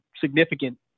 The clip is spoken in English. significant